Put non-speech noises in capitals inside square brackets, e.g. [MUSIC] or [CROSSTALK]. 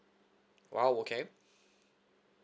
!wow! okay [BREATH]